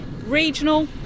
regional